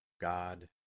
God